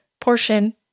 portion